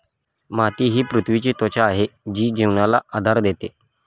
माती ही पृथ्वीची त्वचा आहे जी जीवनाला आधार देते